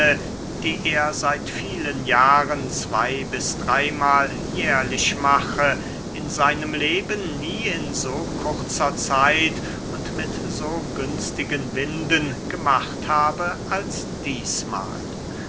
die er seit vielen jahren zwey bis dreymahl jährlich mache in seinem leben nie in so kurzer zeit und mit so günstigen winden gemacht habe als dießmahl